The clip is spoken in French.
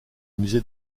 musée